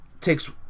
takes